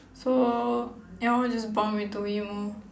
so ya lor just bump into him lor